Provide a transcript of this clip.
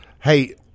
Hey